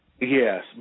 Yes